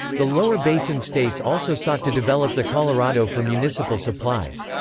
the lower basin states also sought to develop the colorado for municipal supplies.